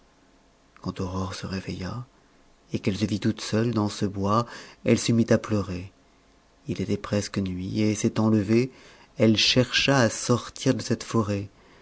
quand aurore se réveilla et qu'elle se vit toute seule dans ce bois elle se mit à pleurer il était presque nuit et s'étant levée elle chercha à sortir de cette forêt